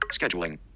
scheduling